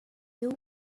you